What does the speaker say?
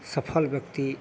सफल व्यक्ति